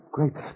Great